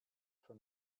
for